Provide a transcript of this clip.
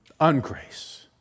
Ungrace